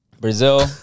Brazil